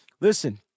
listen